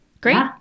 Great